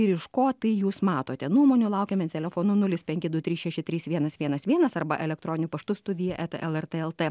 ir iš ko tai jūs matote nuomonių laukiame telefonu nulis penki du trys šeši trys vienas vienas vienas arba elektroniniu paštu studija eta lrt lt